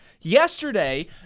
Yesterday